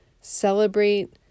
celebrate